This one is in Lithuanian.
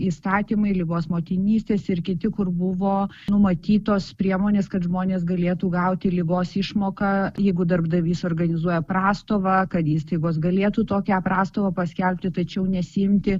įstatymai ligos motinystės ir kiti kur buvo numatytos priemonės kad žmonės galėtų gauti ligos išmoką jeigu darbdavys organizuoja prastovą kad įstaigos galėtų tokią prastovą paskelbti tačiau nesiimti